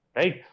right